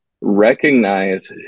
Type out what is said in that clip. recognize